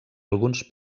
alguns